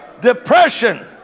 depression